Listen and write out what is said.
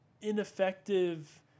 ineffective